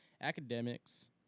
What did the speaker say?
Academics